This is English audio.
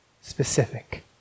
specific